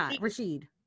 Rashid